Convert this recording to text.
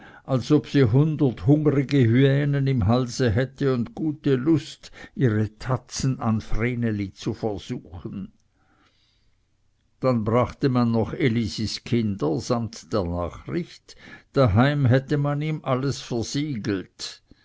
als ob sie hundert hungrige hyänen im halse hätte und gute lust ihre tatzen an vreneli zu versuchen dann brachte man noch elisis kinder samt der nachricht daheim hätte man ihm alles versiegelt